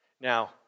Now